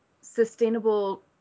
sustainable